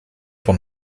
von